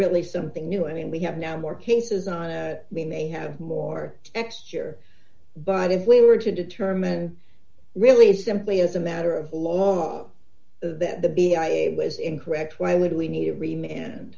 really something new i mean we have now more cases on we may have more next year but if we were to determine really simply as a matter of low that the b i a was incorrect why would we need to rema